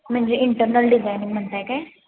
म्हणजे internal designing म्हणत आहे काय